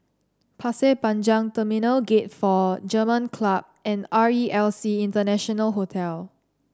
Pasir Panjang Terminal Gate Four German Club and R E L C International Hotel